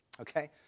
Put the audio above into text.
okay